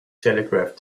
telegraph